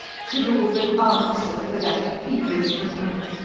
should all but answer for that peevish brat?